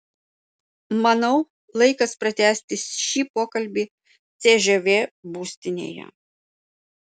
manau laikas pratęsti šį pokalbį cžv būstinėje